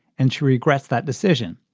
and she regrets that decision.